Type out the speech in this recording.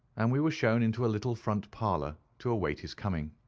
and we were shown into a little front parlour to await his coming.